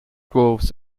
dwarves